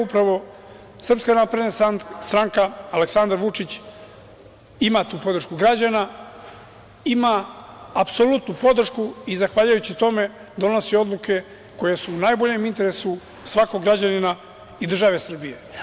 Upravo, SNS, Aleksandar Vučić ima tu podršku građana, ima apsolutnu podršku i zahvaljujući tome donosi odluke koje su u najboljem interesu svakog građanina i države Srbije.